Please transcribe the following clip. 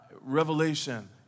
revelation